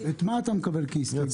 את מה אתה מקבל כהסתייגות?